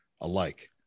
alike